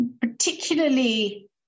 particularly